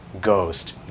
Ghost